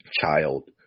child